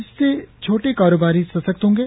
इससे छोटे कारोबारी सशक्त होंगे